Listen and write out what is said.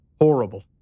Horrible